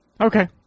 Okay